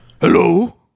Hello